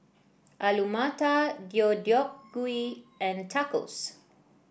Alu Matar Deodeok Gui and Tacos